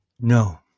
No